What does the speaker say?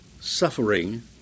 suffering